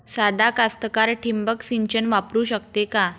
सादा कास्तकार ठिंबक सिंचन वापरू शकते का?